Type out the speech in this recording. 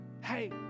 hey